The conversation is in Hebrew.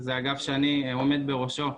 שזה אגף שאני עומד בראשו,